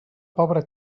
pobra